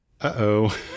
Uh-oh